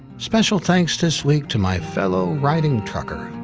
special thanks this week to my fellow writing trucker,